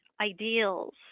ideals